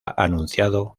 anunciado